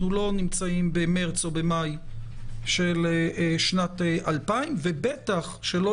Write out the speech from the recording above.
אנחנו לא נמצאים במרץ או במאי של שנת 2020 ובטח שלא